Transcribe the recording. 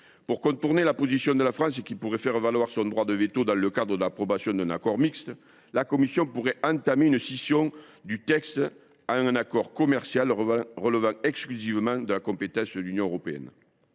Pour contourner la position de la France, qui pourrait faire valoir son droit de veto dans le cadre de l’approbation d’un accord mixte, la commission pourrait procéder à une scission du texte pour en extraire un accord commercial relevant exclusivement de la compétence de l’Union européenne.